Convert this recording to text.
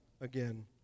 again